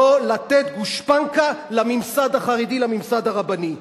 לא לתת גושפנקה לממסד החרדי, לממסד הרבני,